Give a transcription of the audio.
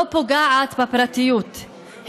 היא לא פוגעת בפרטיות,